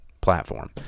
platform